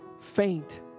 faint